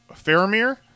Faramir